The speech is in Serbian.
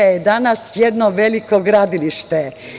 Srbija je danas jedno veliko gradilište.